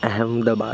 Ahmedabad